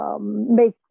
Make